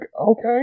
okay